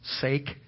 sake